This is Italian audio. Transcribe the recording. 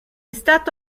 stato